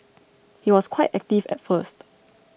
he was quite active at first